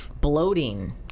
bloating